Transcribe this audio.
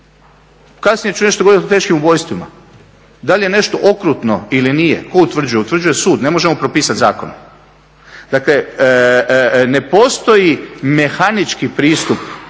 Kasnije ću nešto govoriti o teškim ubojstvima, da li je nešto okrutno ili nije, tko utvrđuje, utvrđuje sud, ne možemo propisati zakonom. Dakle ne postoji mehanički pristup